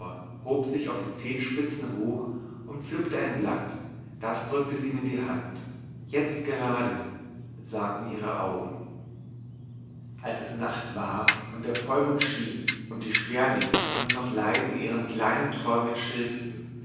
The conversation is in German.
hob sich auf die zehenspitzen hoch und pflückte ein blatt das drückte sie ihm in die hand jetzt gerade sagten ihre augen als es nacht war und der vollmond schien und die sperlinge nur noch leise in ihren kleinen träumen